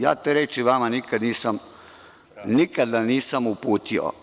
Ja te reči vama nikada nisam uputio.